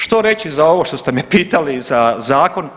Što reći za ovo što ste me pitali za zakon?